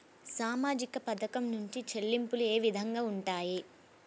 సామాజిక పథకం నుండి చెల్లింపులు ఏ విధంగా ఉంటాయి?